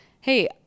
hey